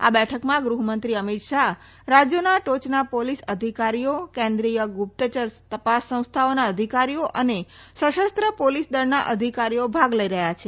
આ બેઠકમાં ગૃહમંત્રી અમિત શાહ રાજ્યોના ટોયના પોલીસ અધિકારીઓ કેન્દ્રિય ગુપ્તયર તપાસ સંસ્થાઓના અધિકારીઓ અને સશસ્ત્ર પોલીસ દળના અધિકારીઓ ભાગ લઇ રહ્યા છે